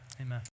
Amen